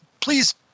please